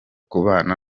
kubana